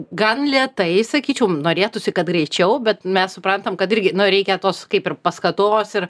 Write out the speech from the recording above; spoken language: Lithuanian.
gan lėtai sakyčiau norėtųsi kad greičiau bet mes suprantam kad irgi nu reikia tos kaip ir paskatos ir